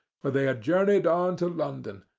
for they had journeyed on to london,